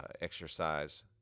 exercise